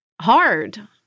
hard